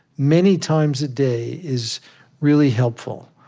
many times a day, is really helpful.